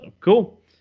cool